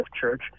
Church